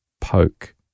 POKE